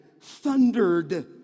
thundered